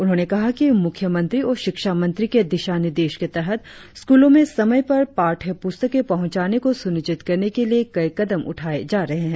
उन्होंने कहा कि मुख्य मंत्री और शिक्षा मंत्री के दिशा निर्देश के तहत स्कूलो में समय पर पाठ्य पुस्तके पहुँचाने को सुनिश्चित करने के लिए कई कदम उठाए जा रहे है